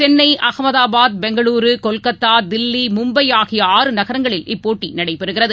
சென்னை அகமதாபாத் பெங்களூரூ கொல்கத்தா தில்லி மும்பைஆகிய ஆறு நகரங்களில் இப்போட்டிநடைபெறுகிறது